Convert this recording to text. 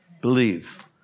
Believe